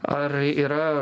ar yra